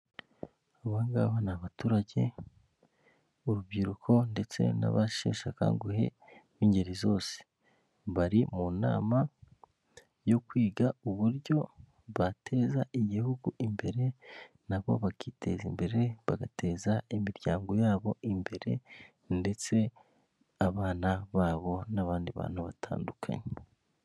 Aba ngaba ni abaturage b'urubyiruko ndetse n'abasheshe akanguhe b'ingeri zose, bari mu nama yo kwiga uburyo bateza igihugu imbere, nabo bakiteza imbere bagateza imiryango yabo imbere ndetse abana babo, n'abandi bantu batandukanye.